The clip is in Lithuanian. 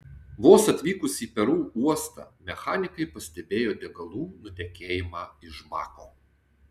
vos atvykus į peru uostą mechanikai pastebėjo degalų nutekėjimą iš bako